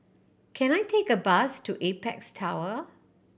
can I take a bus to Apex Tower